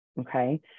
okay